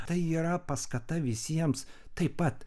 tai yra paskata visiems taip pat